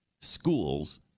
schools